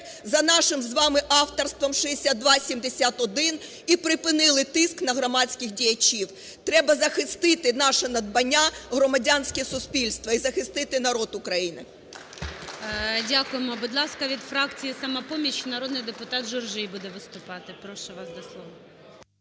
за нашим з вами авторством 6271 і припинили тиск на громадських діячів. Треба захистити наше надбання – громадянське суспільство і захистити народ України. ГОЛОВУЮЧИЙ. Дякуємо. Будь ласка, від фракції "Самопоміч" народний депутат Журжій буде виступати. Прошу вас до слова.